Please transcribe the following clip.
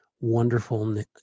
wonderful